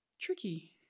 tricky